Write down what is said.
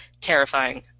terrifying